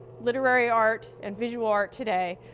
literary art and visual art, today,